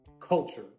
culture